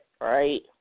right